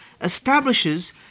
establishes